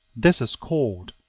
this is called,